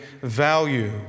value